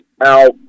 out